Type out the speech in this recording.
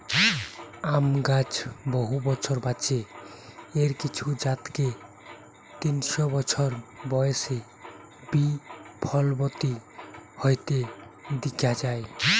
আম গাছ বহু বছর বাঁচে, এর কিছু জাতকে তিনশ বছর বয়সে বি ফলবতী হইতে দিখা যায়